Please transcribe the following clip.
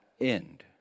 end